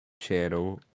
channel